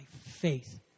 faith